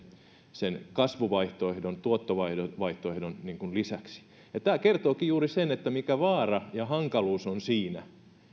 sen kasvuvaihtoehdon tuottovaihtoehdon lisäksi tämä kertookin juuri sen mikä vaara ja hankaluus siinä on